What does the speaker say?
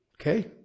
Okay